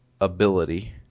ability